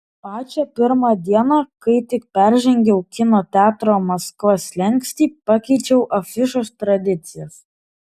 pačią pirmą dieną kai tik peržengiau kino teatro maskva slenkstį pakeičiau afišos tradicijas